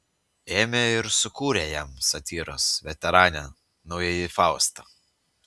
ėmė ir sukūrė jam satyros veteranė naująjį faustą